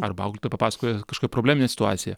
arba auklėtoja papasakoja kažko probleminę situaciją